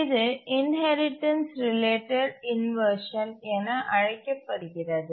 இது inheritance related inversion என அழைக்கப்படுகிறது